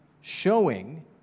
showing